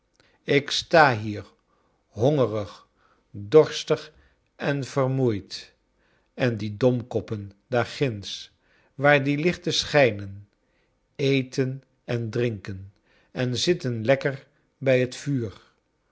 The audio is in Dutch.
ik sta hier hongerig dorstig en vermoeid en die domkoppen daarginds waar die lichten schijnen eten en drinken en zitten lekker bij het vuur